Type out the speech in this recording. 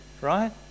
right